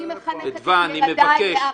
אני מחנכת את ילדיי לערכים,